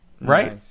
Right